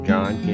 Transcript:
John